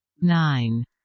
nine